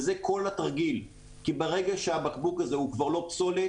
וזה כל התרגיל כי ברגע שהבקבוק הזה הוא כבר לא פסולת,